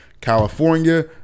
California